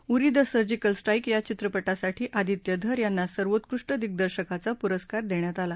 Uri the surgical strike या चित्रपटासाठी अदित्य धर यांना सर्वोत्कृष्ट दिग्दर्शकाचा पुरस्कार देण्यात आला